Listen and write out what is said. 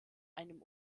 einem